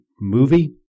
movie